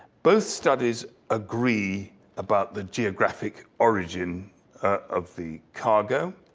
both studies agree about the geographic origin of the cargo,